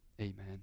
Amen